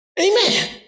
Amen